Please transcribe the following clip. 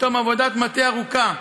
בתום עבודת מטה ארוכה,